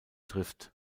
trifft